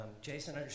Jason